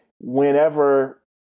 whenever